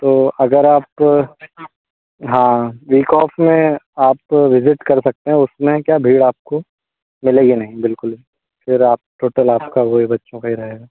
तो अगर आप हाँ वीक ऑफ में आप विज़िट कर सकते हैं उसमें क्या भीड़ आपको मिलेगी नहीं बिल्कुल भी फिर आप टोटल आप का वही बच्चों का ही रहगा